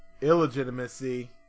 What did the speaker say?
illegitimacy